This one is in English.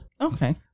Okay